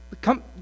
come